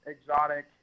exotic